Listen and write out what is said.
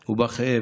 ובכאב,